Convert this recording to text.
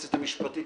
היועצת המשפטית,